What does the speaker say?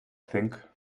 think